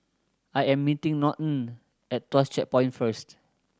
I am meeting Norton at Tuas Checkpoint first